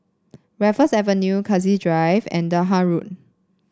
Raffles Avenue Cassia Drive and Durham Road